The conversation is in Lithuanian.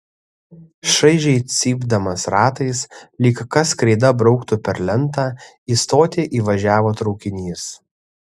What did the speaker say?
šaižiai cypdamas ratais lyg kas kreida brauktų per lentą į stotį įvažiavo traukinys